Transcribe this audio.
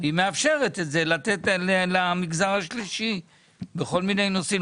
והיא מאפשרת לתת אותן למגזר השלישי בכל מיני נושאים,